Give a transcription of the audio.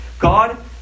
God